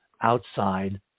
outside